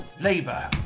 Labour